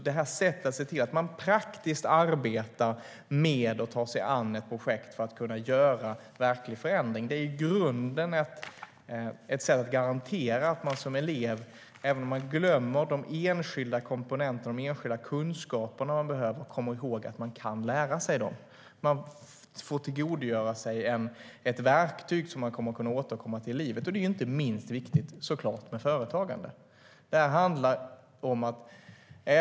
Det här sättet att arbeta praktiskt med att ta sig an ett projekt för att kunna skapa verklig förändring är i grunden ett sätt att garantera att man som elev även om man glömmer de enskilda komponenterna och kunskaperna man behöver kommer ihåg att man kan lära sig dem. Man får tillgodogöra sig ett verktyg som man kommer att kunna återkomma till i livet. Det är såklart inte minst viktigt när det handlar om företagande.